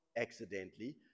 accidentally